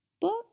book